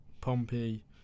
Pompey